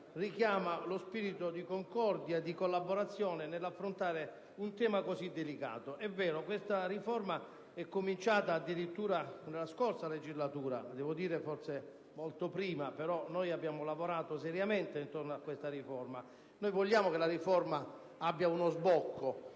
richiama lo spirito di concordia e collaborazione nell'affrontare un tema così delicato. È vero: questa riforma è cominciata addirittura nella scorsa legislatura, forse molto prima, ma vi abbiamo lavorato seriamente e vogliamo che abbia uno sbocco.